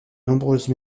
nombreuses